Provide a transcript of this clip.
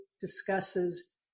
discusses